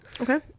Okay